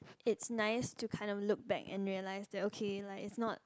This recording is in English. it's nice to kind of look back and realize that okay like it's not